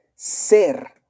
ser